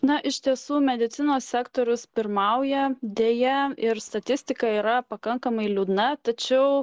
na iš tiesų medicinos sektorius pirmauja deja ir statistika yra pakankamai liūdna tačiau